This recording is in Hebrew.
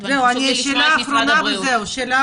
זה מאוד